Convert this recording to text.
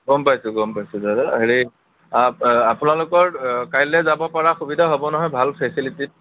গম পাইছোঁ গম পাইছোঁ দাদা হেৰি আপোনালোকৰ কাইলৈ যাব পৰা সুবিধা হ'ব নহয় ভাল ফেচিলিটী